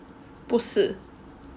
不是